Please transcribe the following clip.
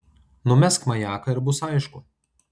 numesk majaką ir bus aišku